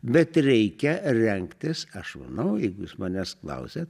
bet reikia rengtis aš manau jeigu jūs manęs klausiat